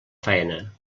faena